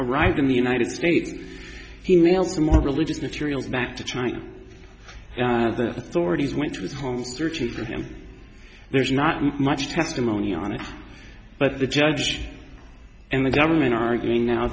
arrived in the united states female to more religious material back to china the stories went to the home searching for him there's not much testimony on it but the judge and the government are arguing now